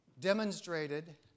demonstrated